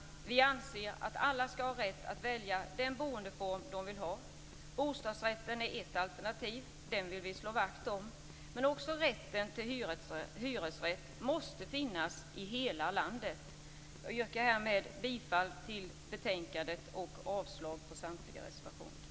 Vi anser att alla skall ha rätt att välja den boendeform de vill ha. Bostadsrätten är ett alternativ. Den vill vi slå vakt om. Men rätten till en hyresrätt måste finnas i hela landet. Jag yrkar därmed bifall till hemställan i betänkandet och avslag på samtliga reservationer.